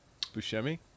Buscemi